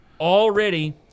already